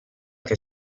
che